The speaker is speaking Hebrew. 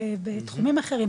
בתחומים אחרים,